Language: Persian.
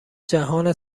جهان